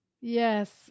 yes